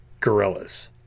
gorillas